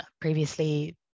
previously